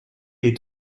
les